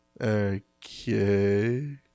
Okay